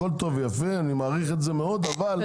הכל טוב ויפה אני מעריך את זה מאוד -- תודה.